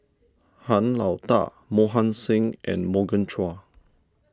Han Lao Da Mohan Singh and Morgan Chua